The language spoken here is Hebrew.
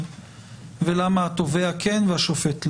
למה התובע כן והשופט לא.